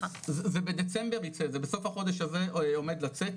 זה בדצמבר ייצא, זה בסוף החודש הזה עומד לצאת.